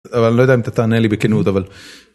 לא יודע אם אתה תענה לי בכנות אבל.